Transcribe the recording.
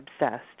obsessed